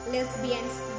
Lesbians